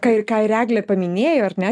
ką ir ką ir eglė paminėjo ar ne